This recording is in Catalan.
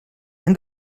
hem